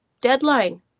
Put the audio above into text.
Deadline